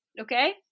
okay